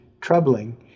troubling